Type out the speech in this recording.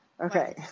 Okay